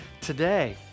today